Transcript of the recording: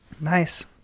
nice